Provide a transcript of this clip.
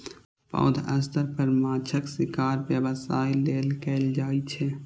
पैघ स्तर पर माछक शिकार व्यवसाय लेल कैल जाइ छै